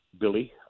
Billy